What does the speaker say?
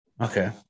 Okay